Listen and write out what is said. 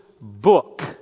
book